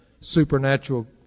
supernatural